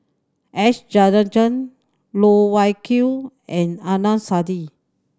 S Rajendran Loh Wai Kiew and Adnan Saidi